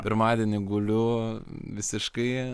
pirmadienį guliu visiškai